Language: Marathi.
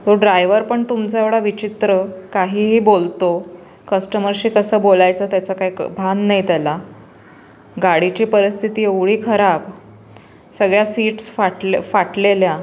तो ड्रायवर पण तुमचा एवढा विचित्र काहीही बोलतो कस्टमरशी कसं बोलायचं त्याचं काय क भान नाही त्याला गाडीची परिस्थिती एवढी खराब सगळ्या सीट्स फाटल्या फाटलेल्या